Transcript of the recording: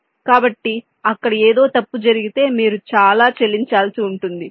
కాబట్టి అక్కడ ఏదో తప్పు జరిగితే మీరు చాలా చెల్లించాల్సి ఉంటుంది